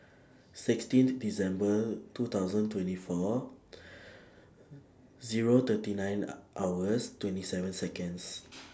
sixteenth December two thousand twenty four Zero thirty nine hours twenty seven Seconds